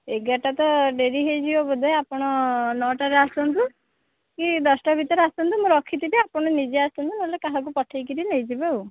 ଏଗାରଟା ତ ଡେରି ହେଇଯିବ ବୋଧେ ଆପଣ ନଅଟାରେ ଆସନ୍ତୁ କି ଦଶଟା ଭିତରେ ଆସନ୍ତୁ ମୁଁ ରଖିଥିବି ଆପଣ ନିଜେ ଆସନ୍ତୁ ନହେଲେ କାହାକୁ ପଠେଇକିରି ନେଇଯିବେ ଆଉ